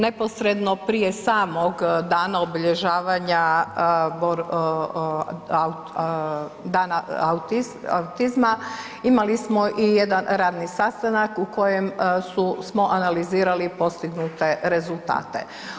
Neposredno prije samog dana obilježavanja dana autizma, imali smo i jedan radni sastanak u kojem smo analizirali postignute rezultate.